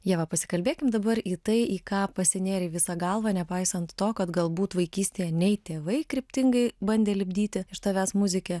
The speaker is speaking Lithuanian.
ieva pasikalbėkim dabar į tai į ką pasinėrei visa galva nepaisant to kad galbūt vaikystėje nei tėvai kryptingai bandė lipdyti iš tavęs muzikę